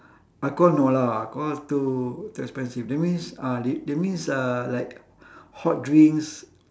alcohol no lah alcohol too too expensive that means uh that that means uh like hot drinks